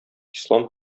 ислам